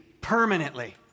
permanently